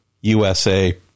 USA